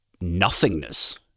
nothingness